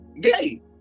Gay